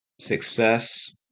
success